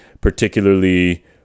particularly